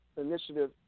initiative